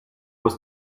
was